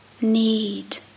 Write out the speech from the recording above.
need